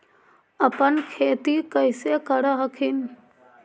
अपने खेती कैसे कर हखिन?